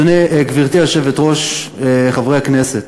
גברתי היושבת-ראש, חברי הכנסת,